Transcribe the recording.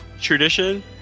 tradition